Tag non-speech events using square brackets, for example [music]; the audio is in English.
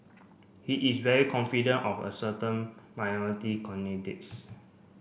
he is very confident of a certain minority [unintelligible]